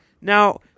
Now-